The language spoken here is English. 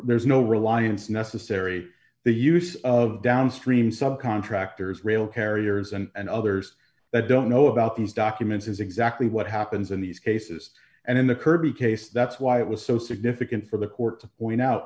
re's no reliance necessary the use of downstream sub contractors rail carriers and others that don't know about these documents is exactly what happens in these cases and in the kirby case that's why it was so significant for the court